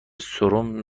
سرم